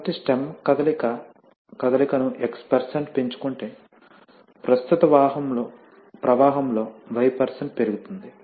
కాబట్టి స్టెమ్ కదలిక ను x పెంచుకుంటే ప్రస్తుత ప్రవాహంలో y పెరుగుతుంది